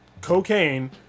cocaine